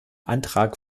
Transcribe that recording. antrag